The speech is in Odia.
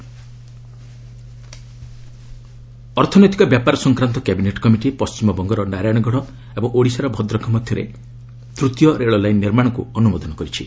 ସିସିଏ ରେଲୱେ ଅର୍ଥନୈତିକ ବ୍ୟାପର ସଂକ୍ରାନ୍ତ କ୍ୟାବିନେଟ କମିଟି ପଣ୍ଢିମବଙ୍ଗର ନାରାୟଣଗଡ ଓ ଓଡିଶାର ଭଦ୍ରକ ମଧ୍ୟରେ ତୃତୀୟ ରେଳଲାଇନ ନିର୍ମାଣକୁ ଅନୁମୋଦନ କରିଛି